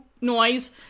noise